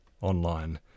online